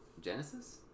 Genesis